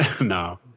No